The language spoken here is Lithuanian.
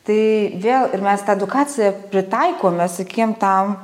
tai vėl ir mes tą edukaciją pritaikome sakykim tam